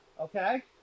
okay